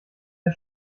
der